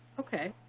okay.